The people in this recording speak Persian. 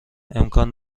امکان